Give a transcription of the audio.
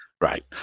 Right